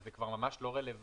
וזה כבר ממש לא רלוונטי,